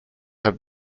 have